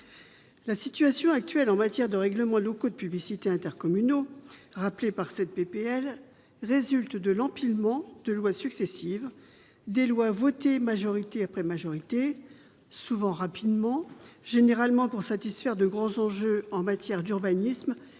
La situation actuelle en matière de règlements locaux de publicité intercommunaux- l'examen de cette proposition de loi le rappelle -résulte de l'empilement de lois successives, votées majorité après majorité, souvent rapidement, généralement pour satisfaire de grands enjeux en matière d'urbanisme